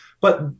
But-